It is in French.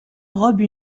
robe